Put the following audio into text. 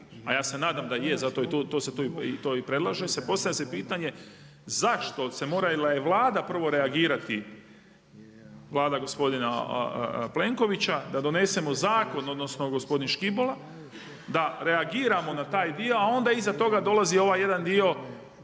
a ja se nadam da je zato se to i predlaže, postavlja se pitanje zašto jer je morala Vlada prvo reagirati, Vlada gospodina Plenkovića da donesemo zakon odnosno gospodin Škibola, da reagiramo na taj dio, a onda iza toga dolazi ovaj jedan dio.